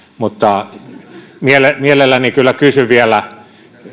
mutta mielelläni kyllä kysyn vielä